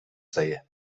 zaie